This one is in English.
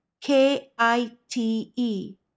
k-i-t-e